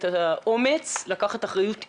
נערות ונערים,